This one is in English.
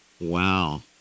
Wow